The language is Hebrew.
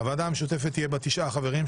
הוועדה המשותפת תהיה בת תשעה חברים,